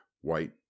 white